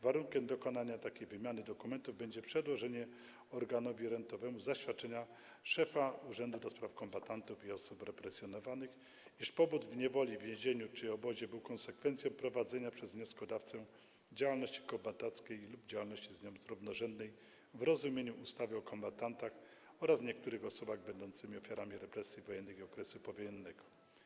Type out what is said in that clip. Warunkiem dokonania takiej wymiany dokumentów będzie przedłożenie organowi rentowemu zaświadczenia szefa Urzędu do Spraw Kombatantów i Osób Represjonowanych, iż pobyt w niewoli, więzieniu czy obozie był konsekwencją prowadzenia przez wnioskodawcę działalności kombatanckiej lub działalności z nią równorzędnej w rozumieniu ustawy o kombatantach oraz niektórych osobach będących ofiarami represji wojennych i okresu powojennego.